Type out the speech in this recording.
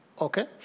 Okay